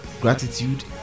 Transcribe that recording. gratitude